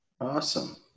Awesome